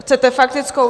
Chcete faktickou?